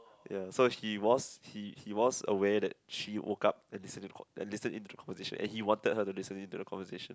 ya so he was he he was aware that she woke up and listen to and listen into the conversation and he wanted her to listen to the conversation